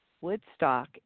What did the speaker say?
Woodstock